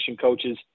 coaches